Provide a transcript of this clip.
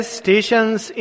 stations